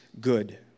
good